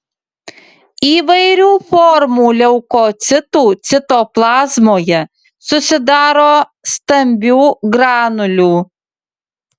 įvairių formų leukocitų citoplazmoje susidaro stambių granulių